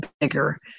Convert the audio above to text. bigger